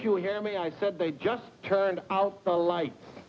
you'll hear me i said they just turned out the lights